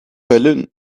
berlin